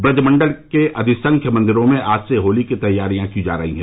ब्रजमण्डल के अधिसंख्य मंदिरों में आज से होली की तैयारियां की जा रही हैं